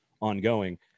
ongoing